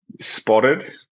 spotted